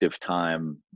time